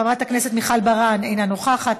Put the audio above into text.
חברת הכנסת מיכל בירן אינה נוכחת,